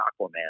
Aquaman